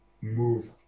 move